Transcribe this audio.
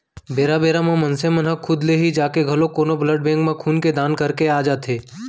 बेरा बेरा म मनसे मन ह खुद ले ही जाके घलोक कोनो ब्लड बेंक म खून के दान करके आ जाथे